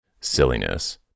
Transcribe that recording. silliness